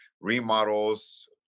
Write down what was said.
remodels